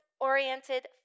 Oriented